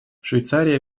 швейцария